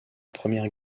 première